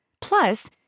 Plus